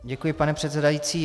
Děkuji, pane předsedající.